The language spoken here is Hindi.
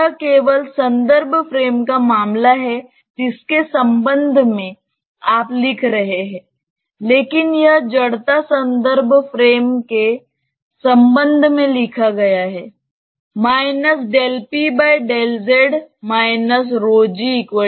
यह केवल संदर्भ फ्रेम का मामला है जिसके संबंध में आप लिख रहे हैं लेकिन यह जड़ता संदर्भ फ्रेम के संबंध में लिखा गया है